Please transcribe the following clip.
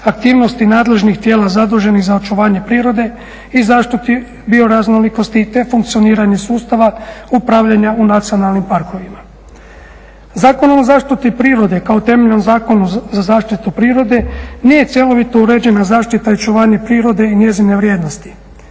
aktivnosti nadležnih tijela zaduženih za očuvanje prirode i zaštiti bioraznolikosti te funkcioniranje sustava upravljanja u nacionalnim parkovima. Zakonom o zaštiti prirode kao temeljnom zakonu za zaštitu prirode nije cjelovito uređena zaštita i očuvanje prirode i njezine vrijednosti,